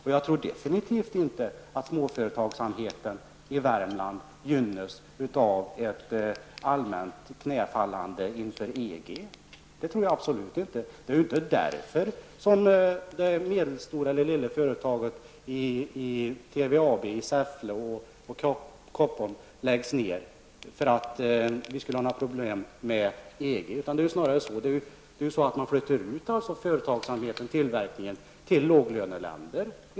Jag tror definitivt inte att småföretagsamheten i Värmland gynnas av ett allmänt knäfallande inför EG. Det tror jag absolut inte. Anledningen till att medelstora eller små företag som TVAB i Säffle och Koppom läggs ned är ju inte att vi skulle ha problem med EG. Problemet är ju i stället att företagsamhet och tillverkning flyttas ut till låglöneländer.